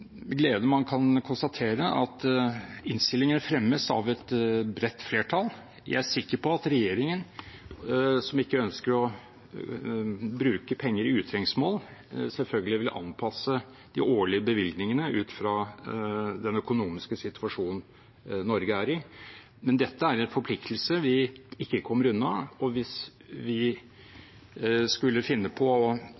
glede man kan konstatere at innstillingen fremmes av et bredt flertall. Jeg er sikker på at regjeringen, som ikke ønsker å bruke penger i utrengsmål, selvfølgelig vil anpasse de årlige bevilgningene til den økonomiske situasjonen Norge er i. Men dette er en forpliktelse vi ikke kommer unna, og hvis vi